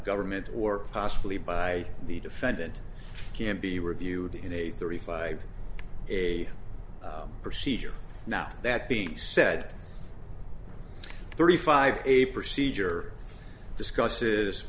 government or possibly by the defendant can be reviewed in a thirty five a procedure now that being said thirty five a procedure discusses